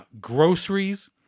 Groceries